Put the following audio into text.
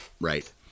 right